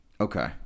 okay